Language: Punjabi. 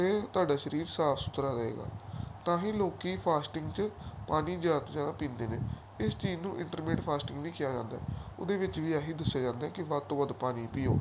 ਅਤੇ ਤੁਹਾਡਾ ਸਰੀਰ ਸਾਫ਼ ਸੁਥਰਾ ਰਹੇਗਾ ਤਾਂ ਹੀ ਲੋਕ ਫਾਸਟਿੰਗ 'ਚ ਪਾਣੀ ਜ਼ਿਆਦਾ ਤੋਂ ਪੀਂਦੇ ਨੇ ਇਸ ਚੀਜ਼ ਨੂੰ ਇੰਟਰਮਿਟ ਫਾਸਟਿੰਗ ਵੀ ਕਿਹਾ ਜਾਂਦਾ ਉਹਦੇ ਵਿੱਚ ਵੀ ਇਹੀ ਦੱਸਿਆ ਜਾਂਦਾ ਕਿ ਵੱਧ ਤੋਂ ਵੱਧ ਪਾਣੀ ਪੀਓ